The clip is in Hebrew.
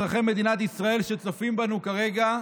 אזרחי מדינת ישראל שצופים בנו כרגע,